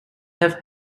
have